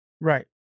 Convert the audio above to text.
Right